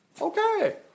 Okay